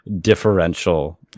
differential